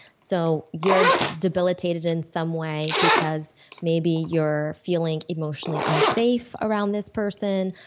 so you're debilitated in some way because maybe you're feeling emotionally unsafe around this person,